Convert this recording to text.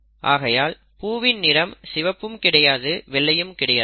ஆகையால் பூவின் நிறம் சிவப்பும் கிடையாது வெள்ளையும் கிடைக்காது